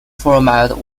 format